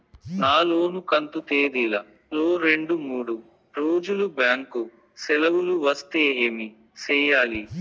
నా లోను కంతు తేదీల లో రెండు మూడు రోజులు బ్యాంకు సెలవులు వస్తే ఏమి సెయ్యాలి?